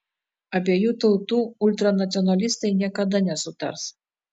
abiejų tautų ultranacionalistai niekada nesutars